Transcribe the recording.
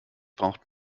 braucht